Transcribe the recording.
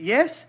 Yes